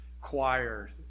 choir